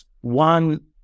one